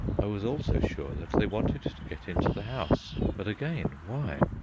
i was also sure that they wanted to get into the house but again, why?